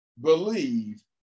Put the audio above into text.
believe